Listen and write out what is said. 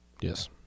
Yes